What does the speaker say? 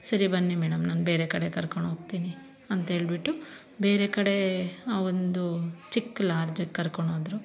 ಸರಿ ಬನ್ನಿ ಮೇಡಮ್ ನಾನು ಬೇರೆ ಕಡೆ ಕರ್ಕೊಂಡು ಹೋಗ್ತೀನಿ ಅಂತ ಹೇಳಿಬಿಟ್ಟು ಬೇರೆ ಕಡೆ ಒಂದು ಚಿಕ್ಕ ಲಾಡ್ಜ್ಗೆ ಕರ್ಕೊಂಡು ಹೋದರು